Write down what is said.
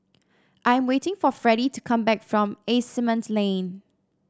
I am waiting for Fredie to come back from Asimont Lane